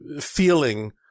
feeling